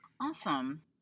Awesome